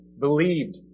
believed